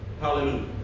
Hallelujah